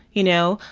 you know,